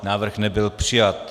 Návrh nebyl přijat.